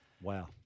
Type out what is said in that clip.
Wow